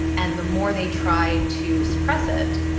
and the more they try to suppress it,